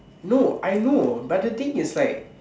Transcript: no I know but the thing is like